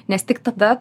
nes tik tada